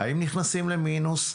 האם נכנסים למינוס?